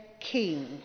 king